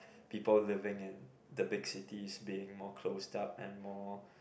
people living in the big cities being more closed up and more